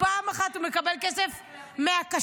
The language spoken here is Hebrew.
פעם אחת הוא מקבל כסף מהקש"צ?